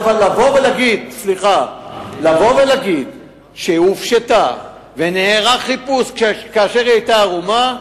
אבל לבוא ולהגיד שהיא הופשטה ונערך חיפוש כאשר היא היתה ערומה,